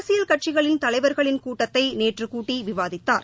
அரசியல் கட்சிகளின் தலைவர்களின் கூட்டத்தை நேற்று கூட்டி விவாதித்தார்